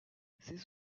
ces